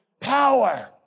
power